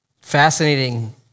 Fascinating